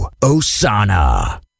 osana